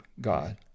God